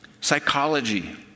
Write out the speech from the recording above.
psychology